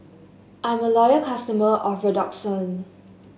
I'm a loyal customer of Redoxon